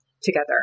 together